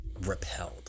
repelled